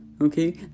Okay